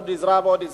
עוד עזרה ועוד עזרה,